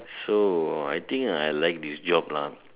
so I think I like this job lah